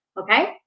okay